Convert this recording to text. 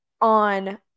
on